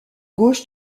gauche